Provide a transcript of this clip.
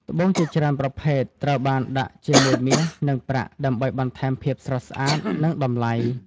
ត្បូងជាច្រើនប្រភេទត្រូវបានដាក់ជាមួយមាស និងប្រាក់ ដើម្បីបន្ថែមភាពស្រស់ស្អាត និងតម្លៃ។